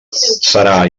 serà